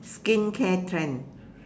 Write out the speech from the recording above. skincare trend